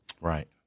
Right